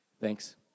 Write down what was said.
Thanks